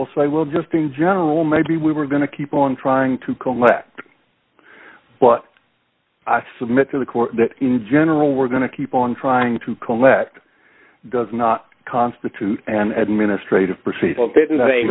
will say well just in general maybe we were going to keep on trying to collect but i submit to the court that in general we're going to keep on trying to collect does not constitute an administrative procedural